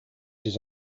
his